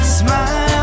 smile